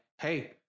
hey